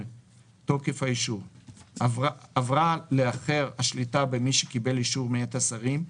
תוקף האישור 8. עברה לאחר השליטה במי שקיבל אישור מאת השרים,